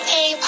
Hey